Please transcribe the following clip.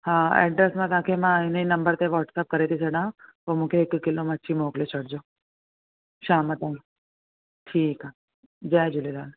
हा एड्रेस मां तव्हांखे मां हिन ई नंबर ते वॉट्सप करे थी छॾा पोइ मूंखे हिकु किलो मछी मोकिले छॾिजो शाम ताईं ठीकु आहे जय झूलेलाल